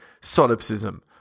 solipsism